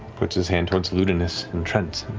puts his hand towards ludinus and trent,